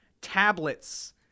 tablets